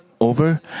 over